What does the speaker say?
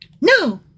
No